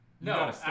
No